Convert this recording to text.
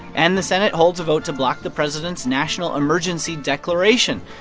and the senate holds a vote to block the president's national emergency declaration.